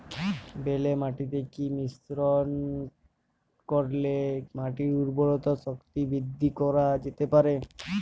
বেলে মাটিতে কি মিশ্রণ করিলে মাটির উর্বরতা শক্তি বৃদ্ধি করা যেতে পারে?